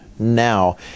Now